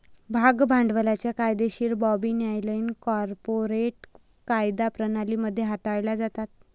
भाग भांडवलाच्या कायदेशीर बाबी न्यायालयीन कॉर्पोरेट कायदा प्रणाली मध्ये हाताळल्या जातात